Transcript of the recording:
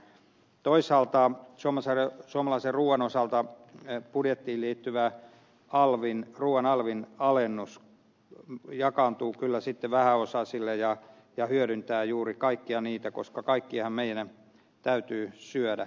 toisaalta suomalaisen ruuan osalta budjettiin liittyvä ruuan alvin alennus jakaantuu kyllä sitten vähäosaisille ja hyödyntää juuri kaikkia heitä koska kaikkien meidän täytyy syödä